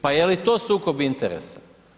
Pa je li to sukob interesa?